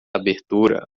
abertura